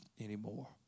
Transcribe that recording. anymore